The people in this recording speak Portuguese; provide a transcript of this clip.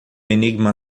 enigma